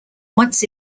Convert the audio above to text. once